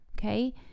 Okay